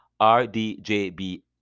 RDJB